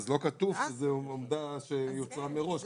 לא כתוב שזאת עמדה שיוצרה מראש,